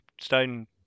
stone